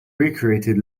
recreated